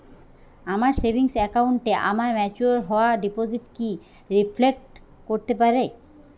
আমার সেভিংস অ্যাকাউন্টে আমার ম্যাচিওর হওয়া ডিপোজিট কি রিফ্লেক্ট করতে পারে?